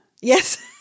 Yes